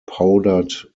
powdered